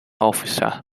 officer